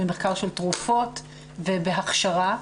במחקר של תרופות ובהכשרה.